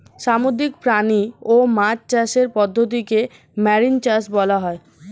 সামুদ্রিক প্রাণী ও মাছ চাষের পদ্ধতিকে মেরিন চাষ বলা হয়